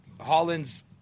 Holland's